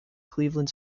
cleveland